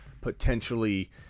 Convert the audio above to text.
potentially